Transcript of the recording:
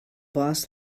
boss